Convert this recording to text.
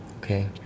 Okay